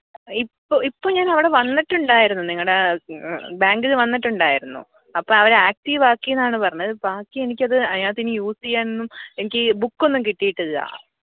ഇപ്പോൾ ഞാനവിടെ വന്നിട്ടുണ്ടായിരുന്നു നിങ്ങളുടെ ബാങ്കിൽ വന്നിട്ടുണ്ടായിരുന്നു അപ്പോൾ അവർ ആക്ടീവ് ആക്കി എന്നാണ് പറഞ്ഞത് ബാക്കി എനിക്കത് അതിനകത്ത് ഇനി യൂസ് ചെയ്യാനൊന്നും എനിക്ക് ബുക്ക് ഒന്നും കിട്ടിയിട്ടില്ല